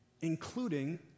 including